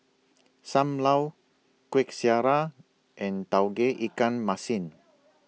SAM Lau Kuih Syara and Tauge Ikan Masin